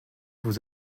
vous